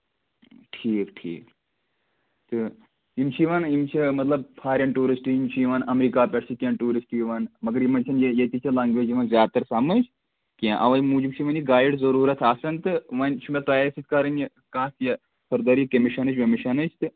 ٹھیٖک ٹھیٖک تہٕ یِم چھِ یِوان یِم چھِ مطلب فارِن ٹیوٗرِسٹ یِم چھِ یِوان اَمریٖکا پٮ۪ٹھ سِکِنگ ٹیوٗرِسٹ یِوان مَگر یِمن چھُنہٕ ییٚتہِ لینگویج یِوان زیادٕ تر سَمجھ کیٚنٛہہ اَوے موٗجوٗب چھُ یِمن یہِ گایڈ ضروٗرت آسان تہٕ ووٚنۍ چھِ مےٚ تۄہے سۭتۍ کَرٕنۍ کَتھ یہِ فردَر یہِ کٔمِشنٕچ ؤمِشَنٕچ تہٕ